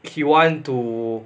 he want to